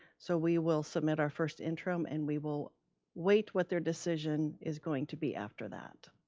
so we will submit our first interim, and we will wait what their decision is going to be after that.